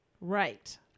Right